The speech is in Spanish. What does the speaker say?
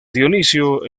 dionisio